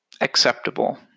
acceptable